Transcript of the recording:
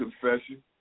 confession